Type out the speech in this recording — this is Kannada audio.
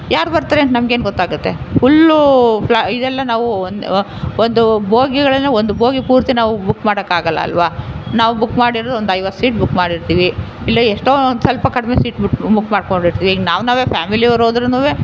ಯಾರು ಬರ್ತಾರೆ ಅಂತ ನಮ್ಗೇನು ಗೊತ್ತಾಗುತ್ತೆ ಫುಲ್ಲು ಫ್ಲ ಇದೆಲ್ಲ ನಾವು ಒಂದು ಒಂದು ಬೋಗಿಯೊಳಗಿನ ಒಂದು ಬೋಗಿ ಪೂರ್ತಿ ನಾವು ಬುಕ್ ಮಾಡೋಕ್ಕಾಗಲ್ಲ ಅಲ್ವ ನಾವು ಬುಕ್ ಮಾಡಿದ್ರು ಒಂದು ಐವತ್ತು ಸೀಟ್ ಬುಕ್ ಮಾಡಿರ್ತೀವಿ ಇಲ್ಲ ಎಷ್ಟೋ ಒಂದು ಸ್ವಲ್ಪ ಕಡಿಮೆ ಸೀಟ್ ಬುಕ್ ಬುಕ್ ಮಾಡ್ಕೊಂಡಿರ್ತೀವಿ ಈಗ ನಾವು ನಾವೇ ಫ್ಯಾಮಿಲಿಯವರೋದ್ರೂನು